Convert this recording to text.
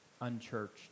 unchurched